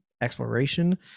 exploration